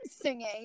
singing